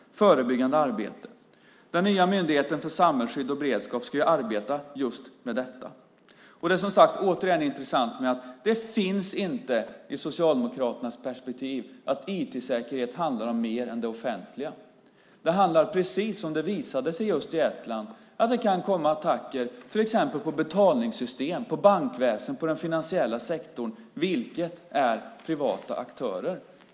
Den nya myndigheten för samhällsskydd och beredskap ska ju arbeta just med detta. Det är som sagt var intressant att det inte finns med i Socialdemokraternas perspektiv att IT-säkerhet handlar om mer än det offentliga. Det handlar, precis som det visade sig i Estland, om attacker till exempel mot betalningssystem, mot bankväsen och mot den finansiella sektorn, vilket är privata aktörer.